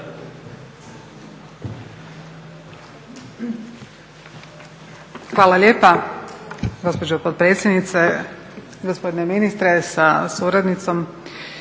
Hvala lijepo gospođo potpredsjednice, uvaženi ministre sa suradnicom.